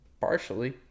Partially